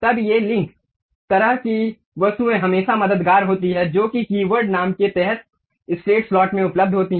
तब ये लिंक तरह की वस्तुएं हमेशा मददगार होती हैं जो कि कीवर्ड नाम के तहत स्ट्रेट स्लॉट में उपलब्ध होती हैं